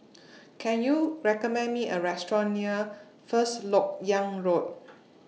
Can YOU recommend Me A Restaurant near First Lok Yang Road